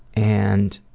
and,